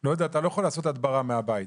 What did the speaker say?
--- אתה לא יכול לעשות הדברה מהבית.